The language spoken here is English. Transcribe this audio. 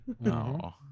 No